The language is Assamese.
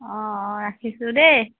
অঁ অঁ ৰাখিছোঁ দেই